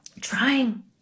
trying